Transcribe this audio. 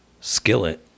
skillet